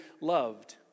loved